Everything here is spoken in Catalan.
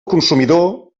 consumidor